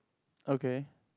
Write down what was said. okay